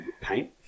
paint